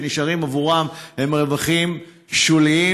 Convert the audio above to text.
והרווחים שנשארים עבורם הם רווחים שוליים.